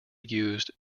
used